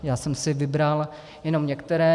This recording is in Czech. Já jsem si vybral jenom některé.